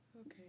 Okay